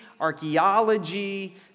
archaeology